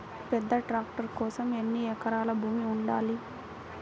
పెద్ద ట్రాక్టర్ కోసం ఎన్ని ఎకరాల భూమి ఉండాలి?